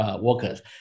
workers